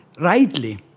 rightly